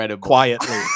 quietly